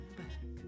back